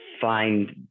find